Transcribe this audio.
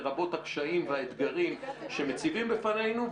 לרבות הקשיים והאתגרים שמציבים בפנינו.